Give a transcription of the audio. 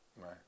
Right